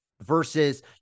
versus